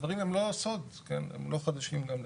הדברים הם לא סוד, הם לא חדשים גם להתאחדות.